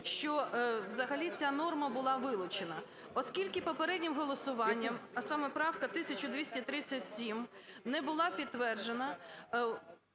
що взагалі ця норма була вилучена. Оскільки попереднім голосуванням, а саме правка 1237 не була підтверджена,